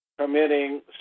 Committing